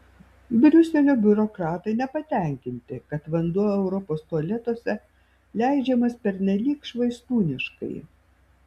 briuselio biurokratai nepatenkinti kad vanduo europos tualetuose leidžiamas pernelyg švaistūniškai